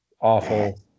awful